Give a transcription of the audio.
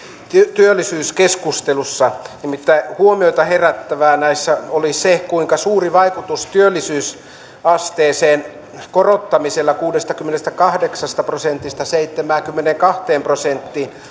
työllisyyskeskustelussa nimittäin huomiota herättävää näissä oli se kuinka suuri vaikutus työllisyysasteen korottamistavoitteella kuudestakymmenestäkahdeksasta prosentista seitsemäänkymmeneenkahteen prosenttiin